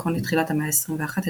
נכון לתחילת המאה ה־21,